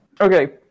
Okay